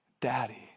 daddy